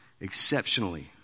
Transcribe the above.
exceptionally